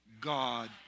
God